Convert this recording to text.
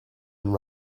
and